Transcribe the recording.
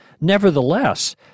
Nevertheless